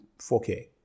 4K